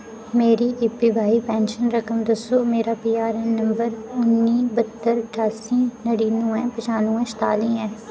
मेरी APY pension रकम दस्सो मेरा पीआरऐन्न नंबर उन्नी बत्तर ठास्सी नडीनवे पचानवे छताली ऐ